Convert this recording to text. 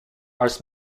ars